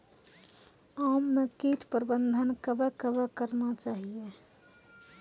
आम मे कीट प्रबंधन कबे कबे करना चाहिए?